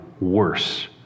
worse